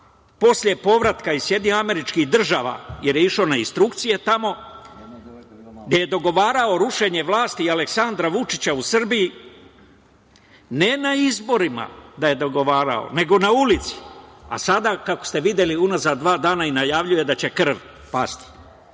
posle povratka iz SAD, jer je išao na instrukcije tamo, gde je dogovarao rušenje vlasti i Aleksandra Vučića u Srbiji, ne na izborima, da je dogovarao, nego na ulici, a sada, kako ste videli unazad dva dana, najavljuje da će krv pasti.